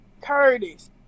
Curtis